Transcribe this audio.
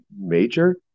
major